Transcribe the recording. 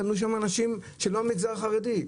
קנו שם אנשים שלא מהמגזר החרדי.